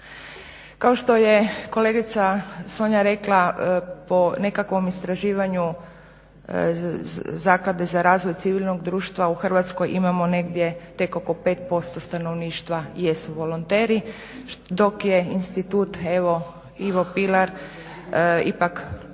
Kao što je kolegica Sonja rekla po nekakvom istraživanju Zaklade za razvoj civilnog društva u Hrvatskoj imamo negdje tek oko 5% stanovništva jesu volonteri, dok je Institut Ivo Pilar ipak